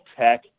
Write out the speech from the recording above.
tech